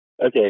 Okay